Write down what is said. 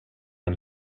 den